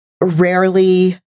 rarely